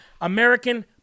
American